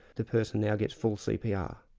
the person now gets full cpr.